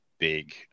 big